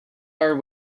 our